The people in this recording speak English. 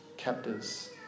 captors